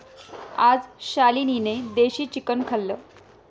आज शालिनीने देशी चिकन खाल्लं